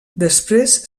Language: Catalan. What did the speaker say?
després